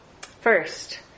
First